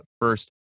first